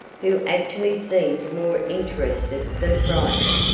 who actually seemed more interested than frightened.